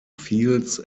fields